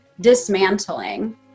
dismantling